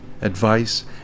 advice